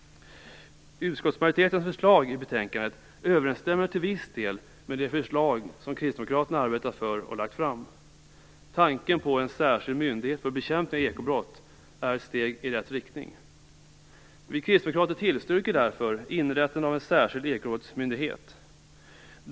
Utskottsmajoritetens förslag i betänkandet överensstämmer till viss del med de förslag som kristdemokraterna arbetat för och lagt fram. Tanken på en särskild myndighet för bekämpning av ekobrott är ett steg i rätt riktning. Vi kristdemokrater tillstyrker därför inrättandet av en särskild ekobrottsmyndighet.